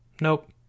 Nope